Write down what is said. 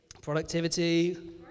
productivity